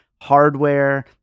Hardware